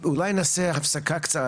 אולי נעשה הפסקה קצרה,